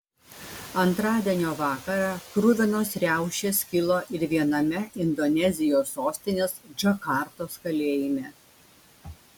antradienio vakarą kruvinos riaušės kilo ir viename indonezijos sostinės džakartos kalėjime